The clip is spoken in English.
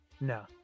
No